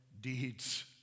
deeds